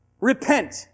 repent